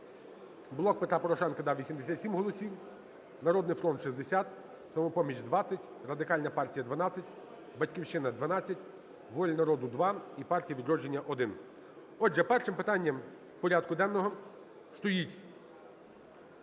"Блок Петра Порошенка" – 87 голосів, "Народний фронт" – 60, "Самопоміч" – 20, Радикальна партія – 12, "Батьківщина" – 12, "Воля народу" – 2 і "Партія "Відродження" – 1. Отже, першим питанням порядку денного стоїть